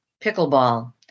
Pickleball